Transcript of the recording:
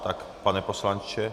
Tak pane poslanče...